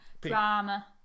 drama